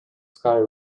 sky